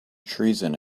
treason